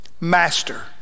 master